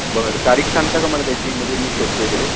बरं तारीख सांगता का मला त्याची म्हणजे मी शोधतो इकडे